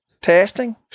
testing